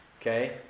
Okay